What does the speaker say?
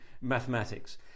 mathematics